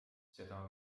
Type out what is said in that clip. seda